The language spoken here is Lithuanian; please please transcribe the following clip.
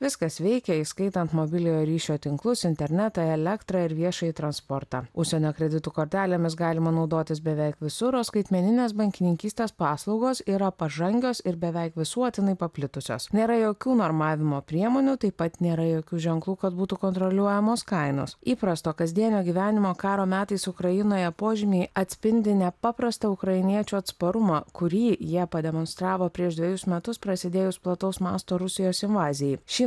viskas veikia įskaitant mobiliojo ryšio tinklus internetą elektrą ir viešąjį transportą užsienio kreditų kortelėmis galima naudotis beveik visur skaitmeninės bankininkystės paslaugos yra pažangios ir beveik visuotinai paplitusios nėra jokių normavimo priemonių taip pat nėra jokių ženklų kad būtų kontroliuojamos kainos įprasto kasdienio gyvenimo karo metais ukrainoje požymiai atspindi nepaprastą ukrainiečių atsparumą kurį jie pademonstravo prieš dvejus metus prasidėjus plataus masto rusijos invazijai šį